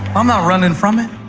i'm not running from it.